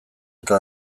eta